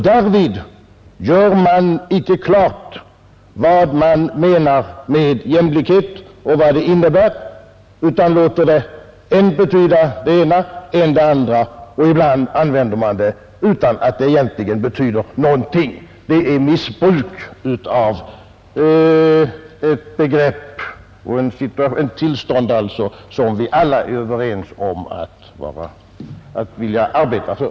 Därvid gör man inte klart vad man menar med jämlikhet och vad det innebär, utan låter det betyda än det ena än det andra, och ibland använder man det utan att det egentligen betyder någonting. Det är missbruk av ett begrepp och ett tillstånd som vi alla är överens om att vilja arbeta för.